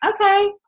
okay